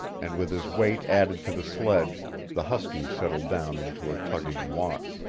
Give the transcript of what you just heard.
and with his weight added to the sledge the huskies settled down into a tugging walk.